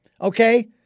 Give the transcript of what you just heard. Okay